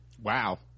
wow